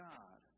God